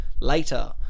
later